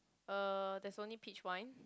uh there's only peach wine